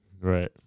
Right